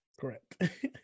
Correct